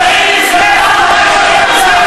חבר הכנסת זחאלקה.